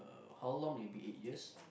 uh how long maybe eight years